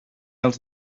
els